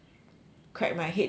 crack my head to think of